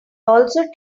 also